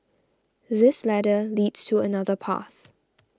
this ladder leads to another path